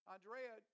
Andrea